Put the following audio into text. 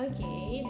Okay